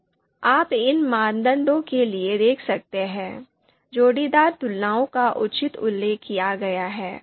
तो आप इन मानदंडों के लिए देख सकते हैं जोड़ीदार तुलनाओं का उचित उल्लेख किया गया है